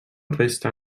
resta